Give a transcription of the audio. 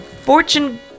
Fortune